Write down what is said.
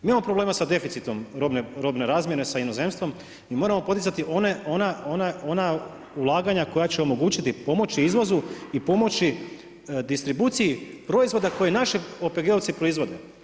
Mi imamo problema sa deficitom robne razmjene sa inozemstvom i moramo poticati ona ulaganja koja će omogućiti pomoći izvozu i pomoći distribuciji proizvoda koji naši OPG-ovci proizvode.